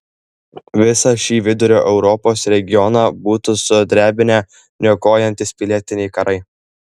visą šį vidurio europos regioną būtų sudrebinę niokojantys pilietiniai karai